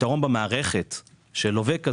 הפתרון ללווה כזה,